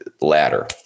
ladder